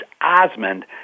Osmond